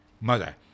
mother